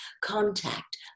contact